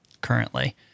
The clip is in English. currently